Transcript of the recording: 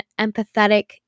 empathetic